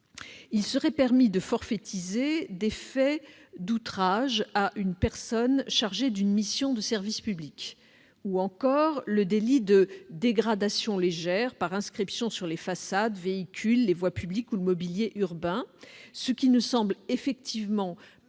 il serait permis de forfaitiser des faits d'outrage à une personne chargée d'une mission de service public ou encore le délit de dégradations légères par inscriptions sur les façades, véhicules, les voies publiques ou le mobilier urbain, ce qui ne semble pas